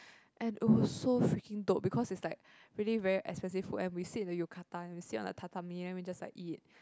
and it was so freaking dope because is like really very expensive food and we sit in the yukata and we sit on the tatami then we just like eat